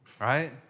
right